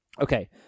Okay